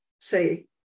say